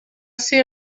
ser